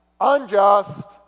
unjust